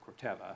Corteva